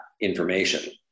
information